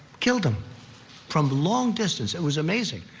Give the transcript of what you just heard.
killed him from long distance. it was amazing.